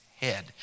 head